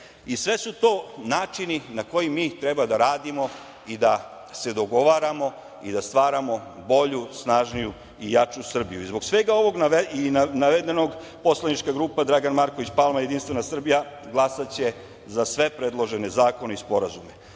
Sve su to načina na koji mi treba da radimo i da se dogovaramo i da stvaramo bolju, snažniju i jaču Srbiju. Zbog svega ovoga navedenog poslanička grupa Dragan Marković Palma – Jedinstvena Srbija glasaće za sve predložene zakone i sporazume.